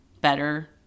better